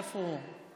איפה הוא?